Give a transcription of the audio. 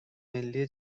ملی